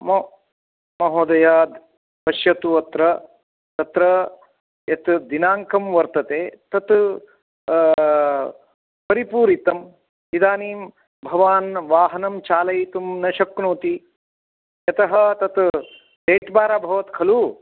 मो महोदया पश्यतु अत्र तत्र यत् दिनाङ्कं वर्तते तत् परिपूरितम् इदानीं भवान् वाहनं चालयितुं न शक्नोति यतः तत् डेट् बार् अभवत् खलु